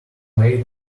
made